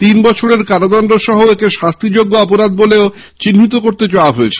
তিন বছরের কারাদন্ড সহ একে শাস্তিযোগ্য অপরাধ বলেও চিহ্নিত করতে চাওয়া হয়েছে